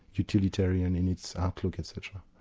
utilitarian in its outlook etc.